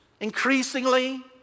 increasingly